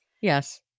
Yes